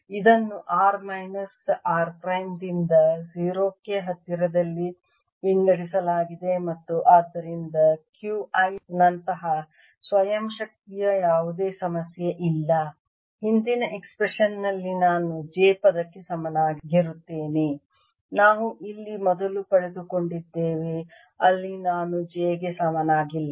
ಇದನ್ನು r minus r prime ದಿಂದ 0 ಕ್ಕೆ ಹತ್ತಿರದಲ್ಲಿ ವಿಂಗಡಿಸಲಾಗಿದೆ ಮತ್ತು ಆದ್ದರಿಂದ Q i ನಂತಹ ಸ್ವಯಂ ಶಕ್ತಿಯ ಯಾವುದೇ ಸಮಸ್ಯೆ ಇಲ್ಲ ಹಿಂದಿನ ಎಕ್ಸ್ಪ್ರೆಶನ್ ನಲ್ಲಿ ನಾನು j ಪದಕ್ಕೆ ಸಮನಾಗಿರುತ್ತೇನೆ ನಾವು ಇಲ್ಲಿ ಮೊದಲು ಪಡೆದುಕೊಂಡಿದ್ದೇವೆ ಅಲ್ಲಿ ನಾನು j ಗೆ ಸಮನಾಗಿಲ್ಲ